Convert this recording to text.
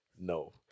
No